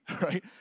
right